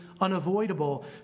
unavoidable